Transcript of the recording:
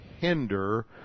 hinder